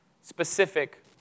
specific